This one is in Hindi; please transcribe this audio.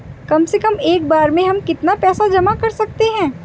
कम से कम एक बार में हम कितना पैसा जमा कर सकते हैं?